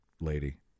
lady